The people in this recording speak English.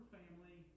family